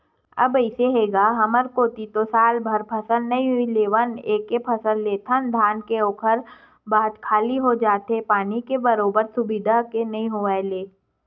अब अइसे हे गा हमर कोती तो सालभर फसल नइ लेवन एके फसल लेथन धान के ओखर बाद खाली हो जाथन पानी के बरोबर सुबिधा के नइ होय ले